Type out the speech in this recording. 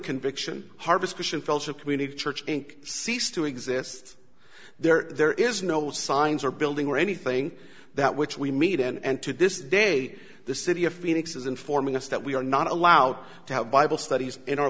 conviction harvest christian fellowship community church and cease to exist there is no signs or building or anything that which we meet and to this day the city of phoenix is informing us that we are not allowed to have bible studies in our